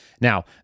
Now